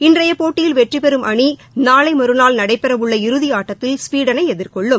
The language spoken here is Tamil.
இன்றைய போட்டியில் வெற்றிபெறும் அணி நாளை மற்நாள் நடைபெறவுள்ள இறதி ஆட்டத்தில் ஸ்வீடனை எதிர்கொள்ளும்